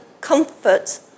comfort